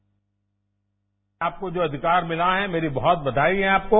आज आपको जो अधिकार मिला है मेरी बहुत बधाई है आपको